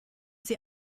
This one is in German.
sie